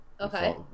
Okay